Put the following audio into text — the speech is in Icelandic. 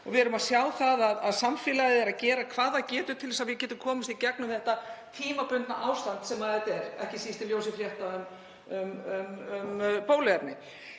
við að gera. Við sjáum að samfélagið er að gera hvað það getur til að við getum komist í gegnum þetta tímabundna ástand sem þetta er, ekki síst í ljósi frétta um bóluefni.